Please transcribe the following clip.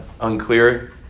unclear